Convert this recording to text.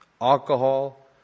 alcohol